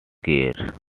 care